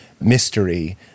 mystery